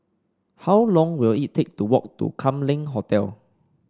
how long will it take to walk to Kam Leng Hotel